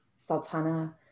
Sultana